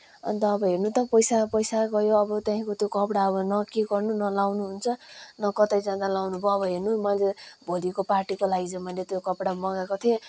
अन्त अब हेर्नु त पैसा पैसा गयो अब त्यहाँदेखिको त्यो कपडा अब न के गर्नु न लाउनु हुन्छ न कतै जाँदा लाउन भयो अब हेर्नु न मैले त भोलिको पार्टीको लागि चाहिँ अब मैले त्यो कपडा मँगाएको थिएँ